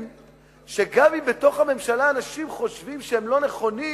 שגם אם בתוך הממשלה אנשים חושבים שהם לא נכונים,